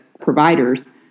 providers